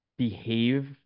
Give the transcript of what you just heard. behave